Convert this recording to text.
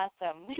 Awesome